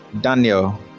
daniel